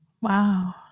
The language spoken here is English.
wow